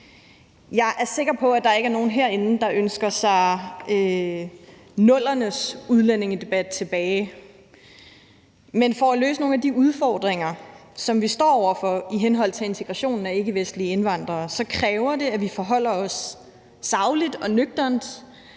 Jeg er sikker på, at der ikke er nogen herinde, der ønsker sig 00'ernes udlændingedebat tilbage. Men for at løse nogle af de udfordringer, som vi står over for i forhold til integrationen af ikkevestlige indvandrere, kræver det, at vi forholder os sagligt og nøgternt